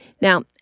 Now